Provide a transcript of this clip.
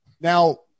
Now